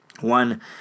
One